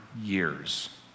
years